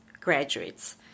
graduates